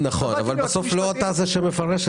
את המענקים